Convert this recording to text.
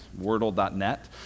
wordle.net